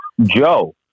Joe